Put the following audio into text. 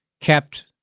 kept